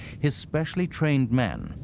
his specially trained men,